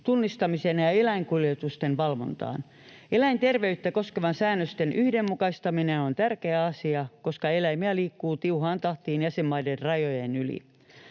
tunnistamisen ja eläinkuljetusten valvontaan. Eläinterveyttä koskevan säännöstön yhdenmukaistaminen on tärkeä asia, koska eläimiä liikkuu tiuhaan tahtiin jäsenmaiden rajojen yli.